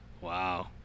Wow